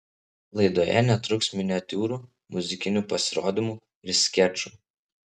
laidoje netruks miniatiūrų muzikinių pasirodymų ir skečų